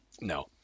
No